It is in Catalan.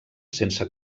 sense